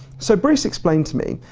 so, bruce explained to me,